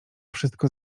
wszystko